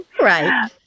right